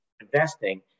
investing